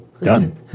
done